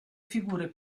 figure